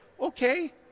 okay